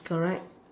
it's correct